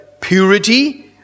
purity